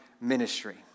ministry